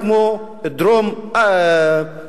כמו